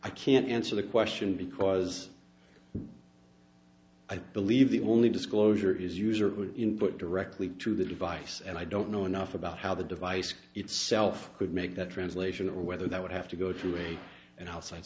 i can't answer the question because i believe the only disclosure is user input directly to the device and i don't know enough about how the device itself could make that translation or whether that would have to go through a and